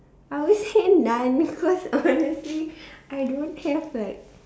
I always say none cause honestly I don't have like